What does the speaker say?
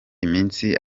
iminsi